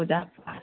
तु जा प्रकाश